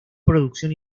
producción